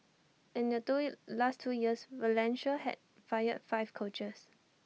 and in the last two years Valencia had fired five coaches